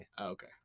okay